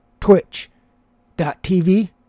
Twitch.tv